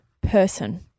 person